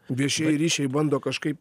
viešieji ryšiai bando kažkaip